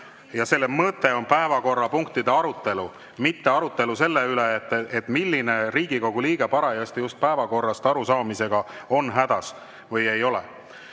ja mõte on päevakorrapunktide arutelu, mitte arutelu selle üle, milline Riigikogu liige parajasti päevakorrast arusaamisega hädas on.